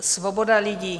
Svoboda lidí...